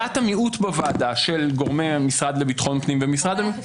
דעת המיעוט בוועדה של גורמי המשרד לביטחון פנים ומשרד המשפטים.